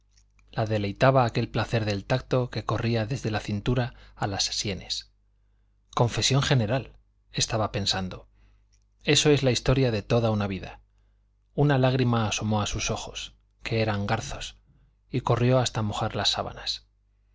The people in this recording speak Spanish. la deleitaba aquel placer del tacto que corría desde la cintura a las sienes confesión general estaba pensando eso es la historia de toda la vida una lágrima asomó a sus ojos que eran garzos y corrió hasta mojar la sábana